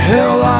Hell